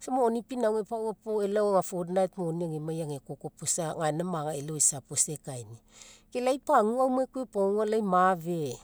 Isa moni pinauga epaua puo elao fortnight ega moni agemai agekoko puo gaina maga elao eisa puo isa ekainia. Ke lai paguaumai koa iopoga, lai mafe